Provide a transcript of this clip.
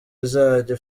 izajya